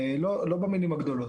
לא במילים הגדולות.